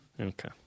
Okay